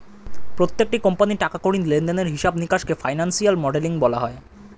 প্রত্যেকটি কোম্পানির টাকা কড়ি লেনদেনের হিসাব নিকাশকে ফিনান্সিয়াল মডেলিং বলা হয়